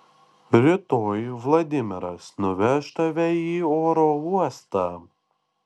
rytoj vladimiras nuveš tave į oro uostą